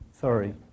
Sorry